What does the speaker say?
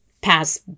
pass